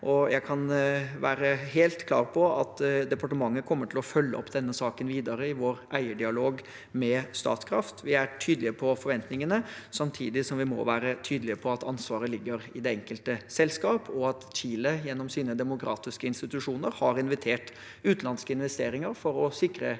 Jeg kan være helt klar på at departementet kommer til å følge opp denne saken videre i vår eierdialog med Statkraft. Vi er tydelige på forventningene, samtidig som vi må være tydelige på at ansvaret ligger i det enkelte selskap, og at Chile gjennom sine demokratiske institusjoner har invitert utenlandske investeringer for å sikre kraftproduksjonen.